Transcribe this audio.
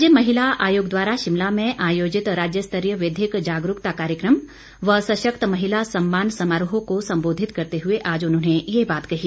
राज्य महिला आयोग द्वारा शिमला में आयोजित राज्य स्तरीय विधिक जागरूकता कार्यक्रम व सशक्त महिला सम्मान समारोह को सम्बोधित करते हुए आज उन्होंने ये बात कही